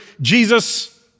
Jesus